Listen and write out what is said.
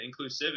inclusivity